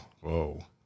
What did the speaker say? whoa